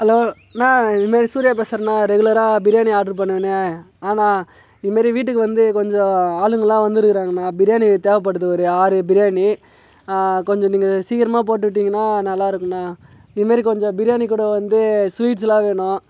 hello அண்ணா இது மாரி சூர்யா பேசுகிறேண்ணா ரெகுலராக பிரியாணி ஆட்ரு பண்ணுவனே ஆண்ணா இது மாரி வீட்டுக்கு வந்து கொஞ்சம் ஆளுங்கள்லாம் வந்திருக்குறாங்கண்ணா பிரியாணி தேவைப்படுது ஒரு ஆறு பிரியாணி கொஞ்சம் நீங்கள் சீக்கிரமாக போட்டு விட்டிங்கன்னா நல்லாருக்குண்ணா இது மேரி கொஞ்சம் பிரியாணி கூட வந்து ஸ்வீட்ஸ்லாம் வேணும்